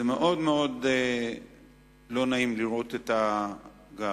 זה מאוד לא נעים לראות את הגב.